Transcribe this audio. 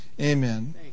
Amen